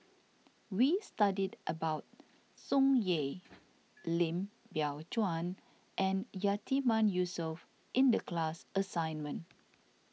we studied about Tsung Yeh Lim Biow Chuan and Yatiman Yusof in the class assignment